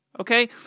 Okay